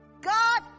God